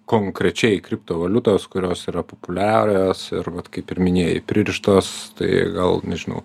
konkrečiai kriptovaliutos kurios yra populiarios ir vat kaip ir minėjai pririštos tai gal nežinau